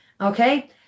Okay